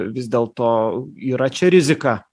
vis dėlto yra čia rizika